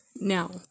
Now